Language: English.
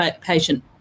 patient